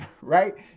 Right